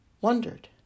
wondered